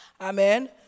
Amen